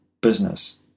business